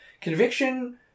Conviction